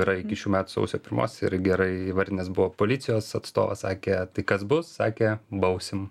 yra iki šių metų sausio pirmos ir gerai įvardinęs buvo policijos atstovas sakė tai kas bus sakė bausim